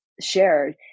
shared